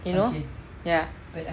you know ya